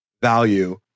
value